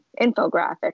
infographic